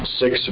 six